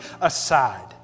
aside